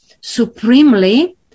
supremely